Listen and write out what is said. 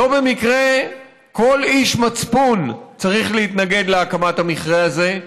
לא במקרה כל איש מצפון צריך להתנגד להקמת המכרה הזה.